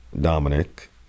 Dominic